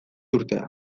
urtea